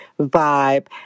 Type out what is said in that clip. vibe